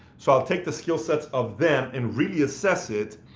so i'll take the skill sets of them, and really assess it,